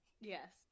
yes